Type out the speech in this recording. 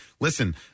listen